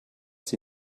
sie